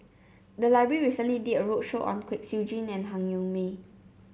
the library recently did a roadshow on Kwek Siew Jin and Han Yong May